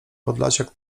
podlasiak